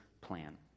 plan